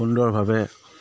সুন্দৰভাৱে